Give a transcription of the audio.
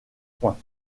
points